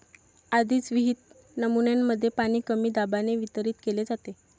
आधीच विहित नमुन्यांमध्ये पाणी कमी दाबाने वितरित केले जाते